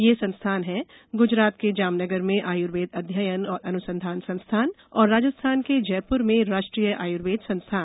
ये संस्थान हैं ग्जरात के जामनगर में आयुर्वेद अध्ययन और अनुसंधान संस्थान और राजस्थान के जयपुर में राष्ट्रीय आयुर्वेद संस्थान